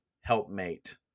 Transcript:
helpmate